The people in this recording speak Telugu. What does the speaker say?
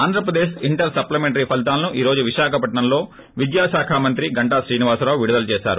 ఆంధ్రప్రదేక్ ఇంటర్ సప్లిమెంటరీ ఫలితాలను ఈ రోజు విశాఖపట్సం లో విద్యా శాఖ మంత్రి గంటా శ్రీనివాసరావు విడుదల చేశారు